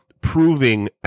proving